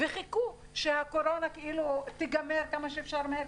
וחיכו שהקורונה תיגמר כמה שיותר מהר,